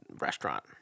restaurant